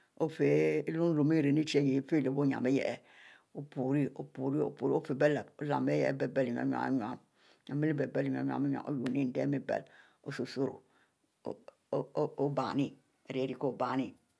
Bie poon euten puro ofie ilum-lum ihieh ichie ayeh bie fie leh unin opuri-opuri ofie bie lep abiele enu-enu endieh ari mie biele enu enu osusuro ooo bie mie ko bie mie